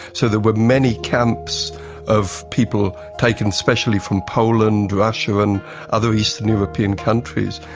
so there were many camps of people taken especially from poland, russia and other eastern european countries,